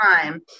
time